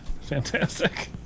fantastic